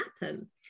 happen